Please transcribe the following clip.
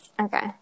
Okay